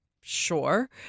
sure